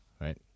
right